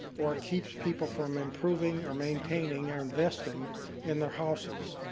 or keeps people from improving or maintaining or investing in their houses.